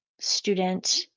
student